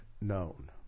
known